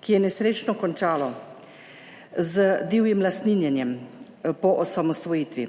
ki je nesrečno končalo z divjim lastninjenjem po osamosvojitvi.